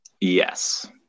Yes